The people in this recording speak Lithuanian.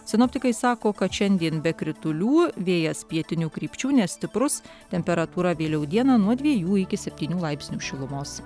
sinoptikai sako kad šiandien be kritulių vėjas pietinių krypčių nestiprus temperatūra vėliau dieną nuo dvejų iki septynių laipsnių šilumos